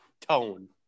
tone